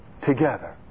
together